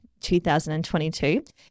2022